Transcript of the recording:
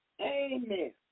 Amen